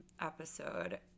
episode